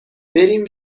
بریم